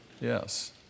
Yes